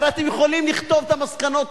הרי אתם יכולים לכתוב את המסקנות,